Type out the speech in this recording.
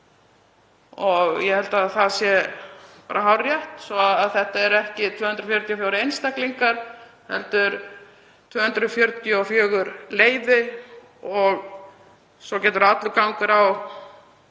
Ég held að það sé hárrétt, þetta eru ekki 244 einstaklingar heldur 244 leyfi og svo getur allur gangur